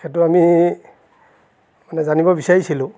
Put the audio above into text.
সেইটো আমি মানে জানিব বিচাৰিছিলোঁ